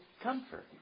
comfort